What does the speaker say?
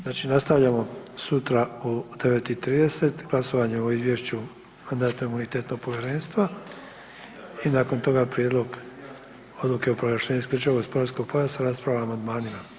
Znači nastavljamo sutra u 9,30 glasovanje o Izvješću Mandatno-imunitetnog povjerenstva i nakon toga Prijedlog odluke o proglašenju isključivog gospodarskog pojasa, rasprava o amandmanima.